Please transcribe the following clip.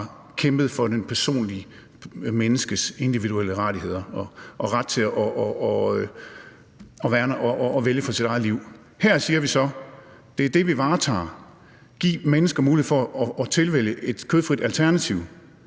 kæmpet for menneskets personlige og individuelle rettigheder og retten til at værne om og vælge sit eget liv. Her siger vi så, at det er det, vi varetager ved at give mennesker mulighed for at tilvælge et kødfrit alternativ.